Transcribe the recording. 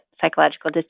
psychological